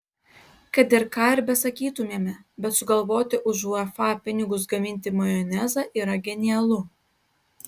kad ir ką ir besakytumėme bet sugalvoti už uefa pinigus gaminti majonezą yra genialu